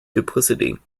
duplicity